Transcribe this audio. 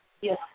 yes